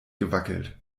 gewackelt